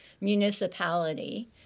municipality